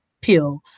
pill